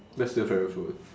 that's your favourite food